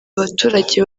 abaturage